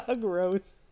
Gross